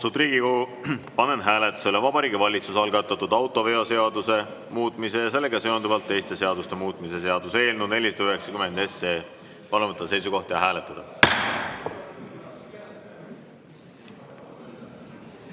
Riigikogu, panen hääletusele Vabariigi Valitsuse algatatud autoveoseaduse muutmise ja sellega seonduvalt teiste seaduste muutmise seaduse eelnõu 490. Palun võtta seisukoht ja hääletada!